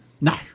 No